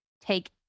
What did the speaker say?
Take